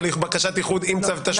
הליך בקשת איחוד עם צו תשלומים?